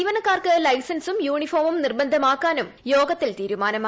ജീവനക്കാർക്ക് ലൈസൻസും യൂണിഫോമും നിർബന്ധമാക്കാനും യോഗത്തിൽ തീരുമാനമായി